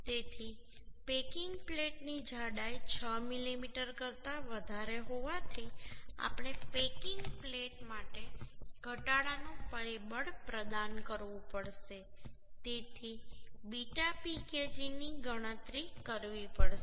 તેથી પેકિંગ પ્લેટની જાડાઈ 6 મીમી કરતા વધારે હોવાથી આપણે પેકિંગ પ્લેટ માટે ઘટાડાનું પરિબળ પ્રદાન કરવું પડશે તેથી બીટા Pkg ની ગણતરી કરવી પડશે